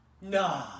No